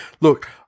Look